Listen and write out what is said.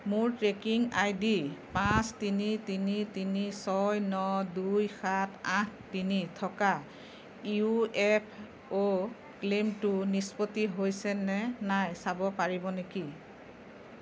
মোৰ tracking ID পাঁচ তিনি তিনি তিনি ছয় ন দুই সাত আঠ তিনি থকা ইইএফঅ' ক্লেইমটো নিষ্পত্তি হৈছেনে নাই চাব পাৰিব নেকি